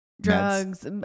drugs